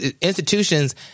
institutions